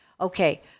Okay